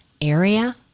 area